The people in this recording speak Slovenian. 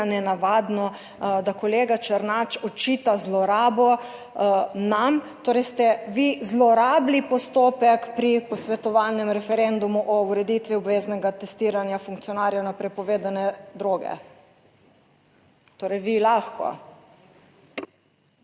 nenavadno, da kolega Černač očita zlorabo nam; torej ste vi zlorabili postopek pri posvetovalnem referendumu o ureditvi obveznega testiranja funkcionarjev na prepovedane droge. Torej vi lahko.